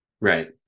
Right